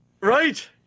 Right